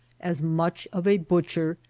as much of a butcher,